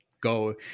Go